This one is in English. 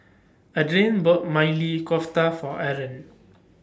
Adrain bought Maili Kofta For Aron